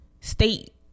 State